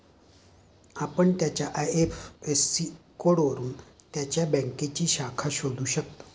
आपण त्याच्या आय.एफ.एस.सी कोडवरून त्याच्या बँकेची शाखा शोधू शकता